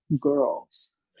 girls